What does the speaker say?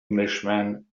englishman